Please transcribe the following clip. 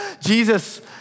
Jesus